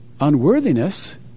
unworthiness